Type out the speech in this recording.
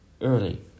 early